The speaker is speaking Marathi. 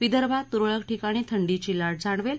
विदर्भात तुरळक ठिकाणी थंडीची लाट जाणवेल